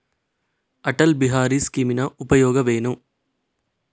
ಅಟಲ್ ಬಿಹಾರಿ ಸ್ಕೀಮಿನ ಉಪಯೋಗವೇನು?